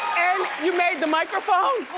and you made the microphone?